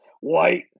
white